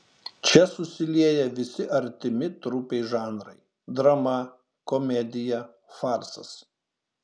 čia susilieja visi artimi trupei žanrai drama komedija farsas